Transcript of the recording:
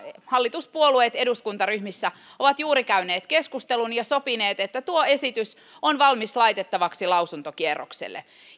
hallituspuolueet eduskuntaryhmissä ovat juuri käyneet keskustelun ja sopineet että tuo esitys on valmis laitettavaksi lausuntokierrokselle